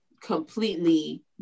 completely